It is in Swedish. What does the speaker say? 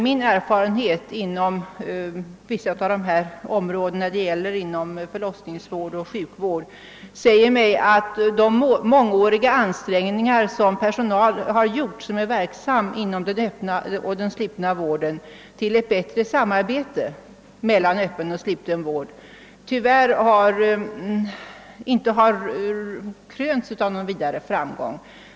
Min erfarenhet från vissa av dessa områden — förlossningsvård och sjukvård — säger mig emellertid att de ansträngningar som den personal som är verksam inom den öppna och den slutna vården under många år har gjort för att åstadkomma ett bättre samarbete mellan öppen och sluten vård tyvärr inte har krönts med någon vidare framgång.